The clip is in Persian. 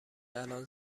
الان